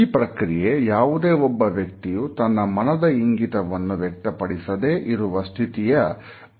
ಈ ಪ್ರಕ್ರಿಯೆ ಯಾವುದೇ ಒಬ್ಬ ವ್ಯಕ್ತಿಯು ತನ್ನ ಮನದ ಇಂಗಿತವನ್ನು ವ್ಯಕ್ತಪಡಿಸದೇ ಇರುವ ಸ್ಥಿತಿಯ ಬಗ್ಗೆ ಬೆಳಕು ಚೆಲ್ಲುತ್ತದೆ